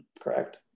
Correct